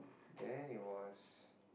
then it was